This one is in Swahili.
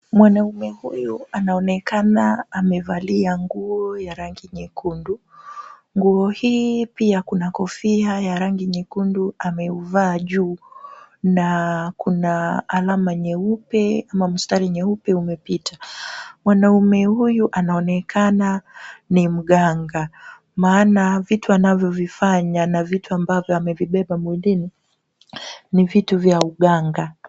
Mwanaume huyu anaonekana amevalia nguo ya rangi nyekundu. Nguo hii pia kuna kofia ya rangi nyekundu ameuvaa juu na kuna alama nyeupe ama mstari nyeupe umepita. Mwanaume huyu anaonekana ni mganga maana vitu anavyovifanya na vitu ambavyo amevibeba mwilini, ni vitu vya uganga.